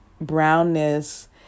brownness